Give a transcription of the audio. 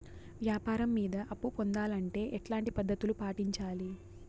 వ్యాపారం మీద అప్పు పొందాలంటే ఎట్లాంటి పద్ధతులు పాటించాలి?